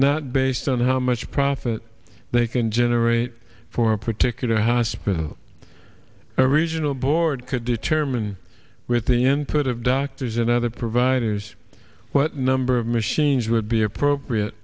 not based on how much profit they can generate for a particular hospital original board could determine with the input of doctors and other providers what number of machines would be appropriate